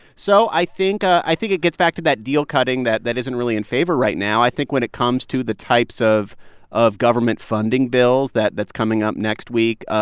so i think i think it gets back to that deal-cutting that that isn't really in favor right now i think when it comes to the types of of government funding bills that's coming up next week,